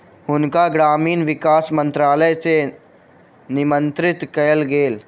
हुनका ग्रामीण विकास मंत्रालय सॅ निमंत्रित कयल गेल छल